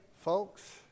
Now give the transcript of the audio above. folks